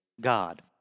God